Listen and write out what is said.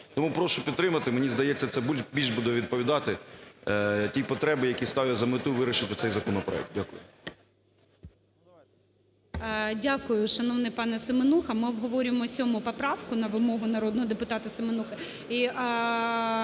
Тому прошу підтримати. Мені здається, це більш буде відповідати тій потребі, які ставлять за мету вирішити цей законопроект. Дякую. ГОЛОВУЮЧИЙ. Дякую, шановний пане Семенуха. Ми обговорюємо 7-у поправку на вимогу народного депутата Семенухи,